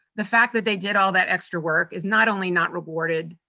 the fact that they did all that extra work is not only not rewarded,